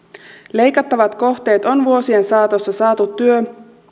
leikattavat kohteet on vuosien saatossa saatu työ